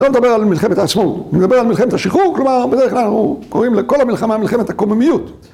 אני לא מדבר על מלחמת העצמאות, אני מדבר על מלחמת השחרור, כלומר, בדרך כלל אנחנו קוראים לכל המלחמה מלחמת הקוממיות.